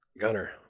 gunner